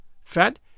fat